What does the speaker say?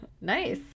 Nice